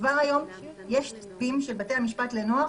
כבר היום יש צווים של בתי המשפט לנוער